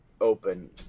open